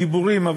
בדיבורים,